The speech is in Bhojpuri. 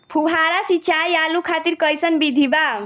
फुहारा सिंचाई आलू खातिर कइसन विधि बा?